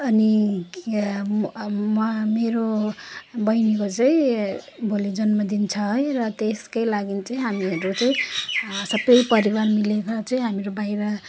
अनि म मेरो बहिनीको चाहिँ भोलि जन्मदिन छ है र त्यसकै लागि चाहिँ हामीहरू चाहिँ सबै परिवार मिलेर चाहिँ हामीहरू बाहिर